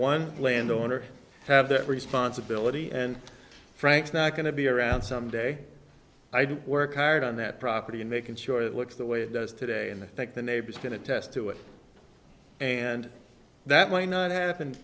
one landowner have that responsibility and frank's not going to be around some day i do work hard on that property and making sure it works the way it does today and i think the neighbors are going to test to it and that might not happen